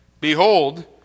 Behold